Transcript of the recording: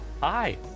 hi